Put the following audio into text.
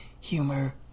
humor